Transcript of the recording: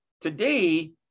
today